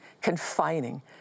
confining